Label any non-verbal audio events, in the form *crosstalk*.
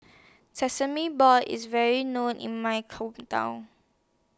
Sesame Balls IS very known in My *unintelligible*